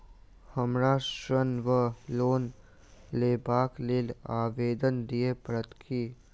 हमरा ऋण वा लोन लेबाक लेल आवेदन दिय पड़त की?